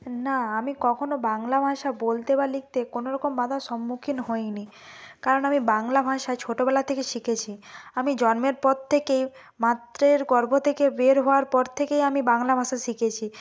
না আমি কখনও বাংলা ভাষা বলতে বা লিখতে কোনওরকম বাধার সম্মুখীন হইনি কারণ আমি বাংলা ভাষায় ছোটবেলা থেকে শিখেছি আমি জন্মের পর থেকেই মাতৃ গর্ভ থেকে বের হওয়ার পর থেকেই আমি বাংলা ভাষা শিখেছি